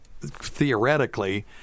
theoretically